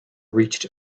reached